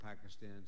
Pakistan